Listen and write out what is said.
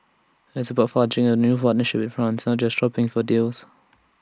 IT is about forging A new Warner ship with France not just shopping for deals